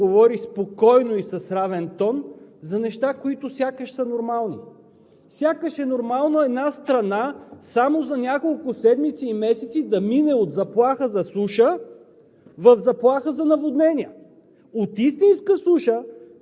В продължение на повече от два часа и половина тук се говори спокойно и с равен тон за неща, които сякаш са нормални! Сякаш е нормално една страна само за няколко седмици и месеци да мине от заплаха за суша